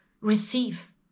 receive